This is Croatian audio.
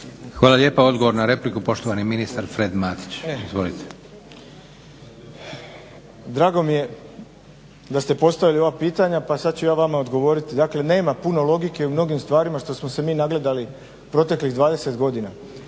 Hvala lijepa. Odgovor na repliku, poštovani ministar Fred Matić. Izvolite. **Matić, Predrag Fred** Drago mi je da ste postavili ova pitanja pa sad ću ja vama odgovoriti. Dakle, nema puno logike u mnogim stvarima što smo se mi nagledali proteklih 20 godina.